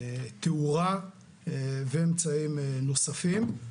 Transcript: תאורה ואמצעים נוספים.